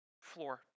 floor